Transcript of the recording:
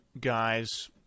guys